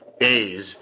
days